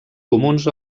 comuns